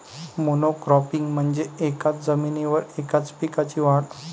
monocropping म्हणजे एकाच जमिनीवर एकाच पिकाची वाढ